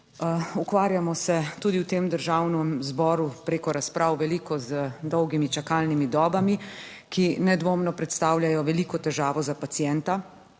Ukvarjamo se tudi v tem Državnem zboru preko razprav veliko z dolgimi čakalnimi dobami, ki nedvomno predstavljajo veliko težavo za pacienta,